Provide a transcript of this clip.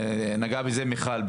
נגעה בזה מיכל.